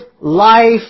life